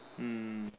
mm